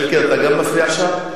אלקין, אתה גם מפריע שם?